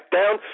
down